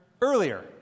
earlier